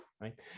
right